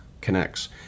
connects